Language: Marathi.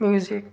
म्युझिक